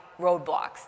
roadblocks